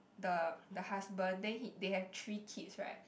the the husband then he they have three kids right